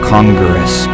Congress